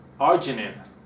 arginine